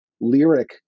lyric